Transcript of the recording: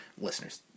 Listeners